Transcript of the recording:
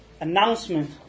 announcement